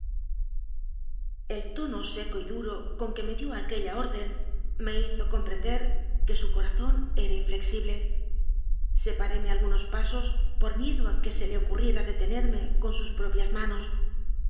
sigasel tono seco y duro con que me dió aquella orden me hizo comprender que su corazón era inflexible separéme algunos pasos por miedo a que se le ocurriera detenerme con sus propias manos